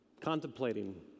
contemplating